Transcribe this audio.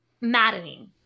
maddening